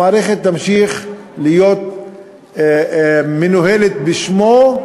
המערכת תמשיך להיות מנוהלת בשמו,